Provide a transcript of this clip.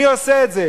מי עושה את זה?